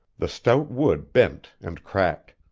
the stout wood bent and cracked.